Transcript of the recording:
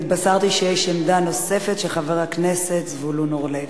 התבשרתי שיש עמדה נוספת של חבר הכנסת זבולון אורלב.